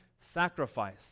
sacrifice